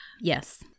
Yes